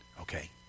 Okay